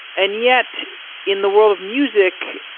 and yet in the world of music,